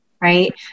right